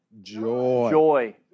Joy